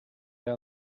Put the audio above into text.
down